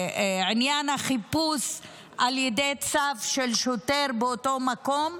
בעניין החיפוש על ידי צו של שוטר באותו מקום,